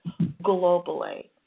globally